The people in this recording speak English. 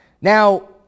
Now